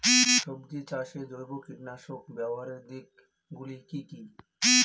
সবজি চাষে জৈব কীটনাশক ব্যাবহারের দিক গুলি কি কী?